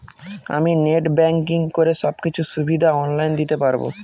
আমি net banking করে সব কিছু সুবিধা অন লাইন দিতে পারবো?